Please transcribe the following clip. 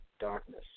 darkness